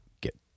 get